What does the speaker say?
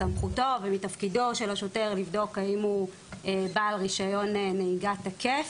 מסמכותו ומתפקידו של השוטר לבדוק האם הוא בעל רישיון נהיגה תקף.